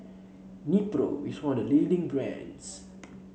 Nepro is one of the leading brands